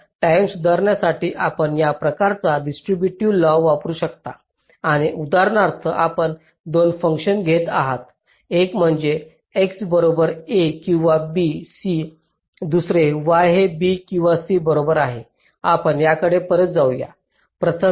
तर टाईम सुधारण्यासाठी आपण या प्रकारचा डिस्ट्रीब्युटिव्ह लॉव वापरू शकता आणि उदाहरणार्थ आपण 2 फंक्शन्स घेत आहोत एक म्हणजे x बरोबर a किंवा b c दुसरे y हे b किंवा c बरोबर आहे आपण याकडे परत जाऊ या